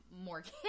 Morgan